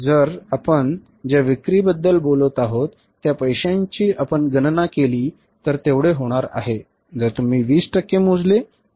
जर आपण ज्या विक्रीबद्दल बोलत आहोत त्या पैशांची आपण गणना केली तर तेवढे होणार आहे जर तुम्ही 20 टक्के मोजले तर